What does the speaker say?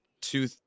two